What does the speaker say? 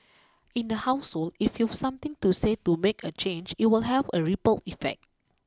in the household if you something to say to make a change it will have a ripple effect